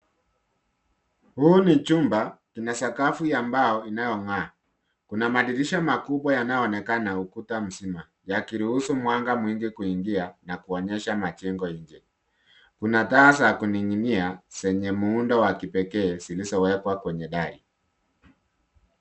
Huu ni chumba ina sakafu ya mbao inayongaa, kuna madirisha makubwa yanayoonekana ukuta mzima yakiruhusu mwanga mwingi kuingia na kuonyesha majengo nje, kuna taa za kuninginia zenye muundo wa kipekee zilizowekwa kwenye dari.